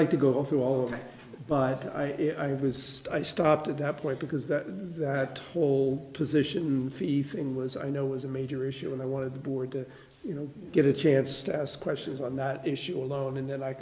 like to go through all of them but i if i have this i stopped at that point because that that whole position the thing was i know was a major issue and i wanted the board to you know get a chance to ask questions on that issue alone and then i